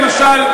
למשל,